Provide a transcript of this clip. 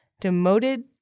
demoted